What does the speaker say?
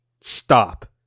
stop